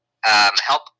help